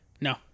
No